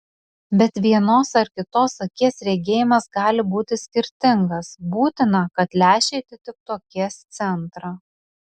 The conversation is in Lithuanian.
bet vienos ir kitos akies regėjimas gali būti skirtingas būtina kad lęšiai atitiktų akies centrą